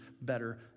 better